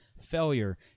failure